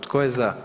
Tko je za?